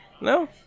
No